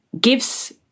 gives